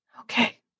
Okay